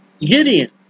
Gideon